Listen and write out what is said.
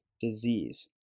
disease